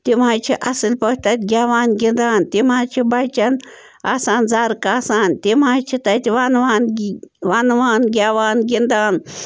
تِم حظ چھِ اَصٕل پٲٹھۍ تَتہِ گیٚوان گِنٛدان تِم حظ چھِ بَچَن آسان زَرٕ کاسان تِم حظ چھِ تَتہِ وَنٛوان گی وَنٛوان گیٚوان گِنٛدان